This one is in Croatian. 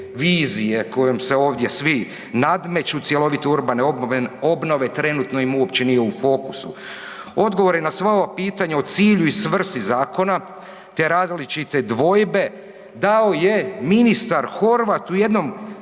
vizije kojom se ovdje svi nadmeću, cjelovite urbane obnove trenutno im uopće nije u fokusu. Odgovore na sva ova pitanja u cilju i svrsi zakona te različite dvojbe dao je ministar Horvat u jednom